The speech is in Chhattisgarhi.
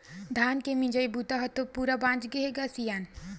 धान के मिजई बूता ह तो पूरा बाचे हे ग सियान